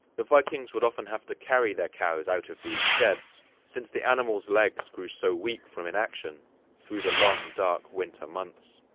the vikings would often have to carry their cows out of these sheds since the animals legs grew so weak from inaction through the long dark winter months.